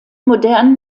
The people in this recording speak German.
modernen